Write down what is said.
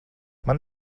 man